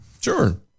Sure